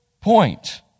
point